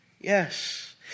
Yes